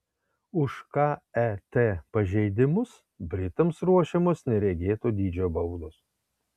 už ket pažeidimus britams ruošiamos neregėto dydžio baudos